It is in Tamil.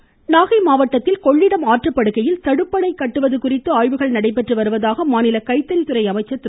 மணியன் நாகை மாவட்டத்தில் கொள்ளிடம் ஆற்றுப்படுகையில் தடுப்பணை கட்டுவது குறித்து ஆய்வுகள் நடைபெற்று வருவதாக மாநில கைத்தறி துறை அமைச்சர் திரு